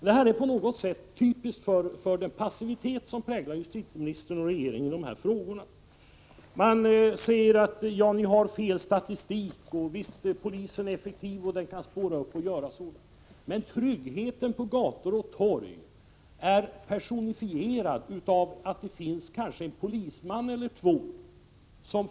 Justitieministerns svar är typiskt för den passivitet som präglar justitieministern och regeringen i de här frågorna. Man säger att vi använder felaktig statistik och att polisen visst är effektiv och kan spåra upp brottslingar och göra ingripanden i efterhand. Men tryggheten på gator och torg är personifierad av att det finns en polisman eller två på platsen.